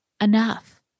enough